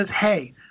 hey